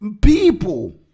people